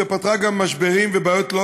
ופתרה גם משברים ובעיות.